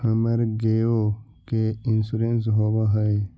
हमर गेयो के इंश्योरेंस होव है?